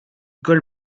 colle